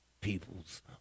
peoples